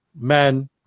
men